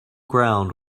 ground